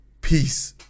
peace